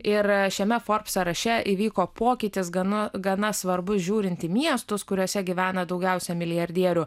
ir šiame forbs sąraše įvyko pokytis gana gana svarbus žiūrint į miestus kuriuose gyvena daugiausia milijardierių